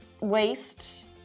waste